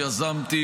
שיזמתי,